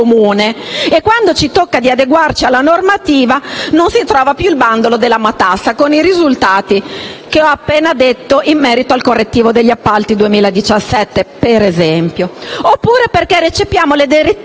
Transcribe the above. E quando occorre adeguarsi alla normativa non si trova più il bandolo della matassa, con i risultati che ho appena detto, ad esempio in merito al correttivo degli appalti 2017. Oppure perché recepiamo le direttive